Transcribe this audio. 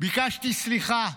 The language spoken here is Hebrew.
ביקשתי סליחה.